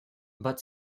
but